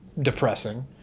depressing